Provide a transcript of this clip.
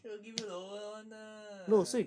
sure give you lower [one] lah